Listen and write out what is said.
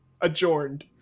adjourned